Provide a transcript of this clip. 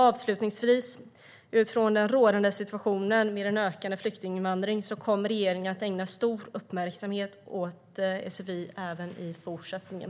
Avslutningsvis: Utifrån den rådande situationen med en ökande flyktinginvandring kommer regeringen att ägna stor uppmärksamhet åt sfi även i fortsättningen.